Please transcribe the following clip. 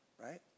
right